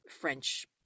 French